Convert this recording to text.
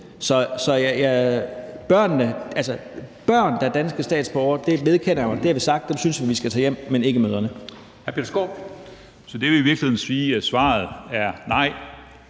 børn, der er danske statsborgere, vedkender jeg at vi har sagt at vi synes vi skal tage hjem, men ikke mødrene.